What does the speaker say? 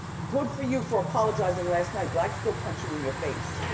good for you for apologizing last night but i'd still punch you in your face.